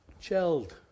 chilled